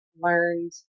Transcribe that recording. learned